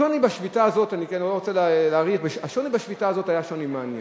השוני בשביתה הזאת היה שוני מעניין.